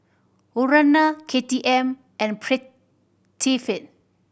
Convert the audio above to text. Urana K T M and Prettyfit